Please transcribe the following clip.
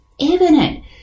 evident